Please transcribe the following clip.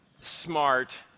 smart